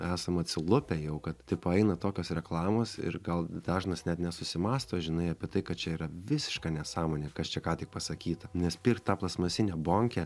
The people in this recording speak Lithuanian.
esam atsilupę jau kad tipo eina tokios reklamos ir gal dažnas net nesusimąsto žinai apie tai kad čia yra visiška nesąmonė kas čia ką tik pasakyta nes pir tą plastmasinę bonkę